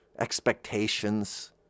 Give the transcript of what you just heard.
expectations